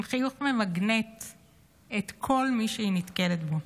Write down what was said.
עם חיוך שממגנט את כל מי שהיא נתקלת בו,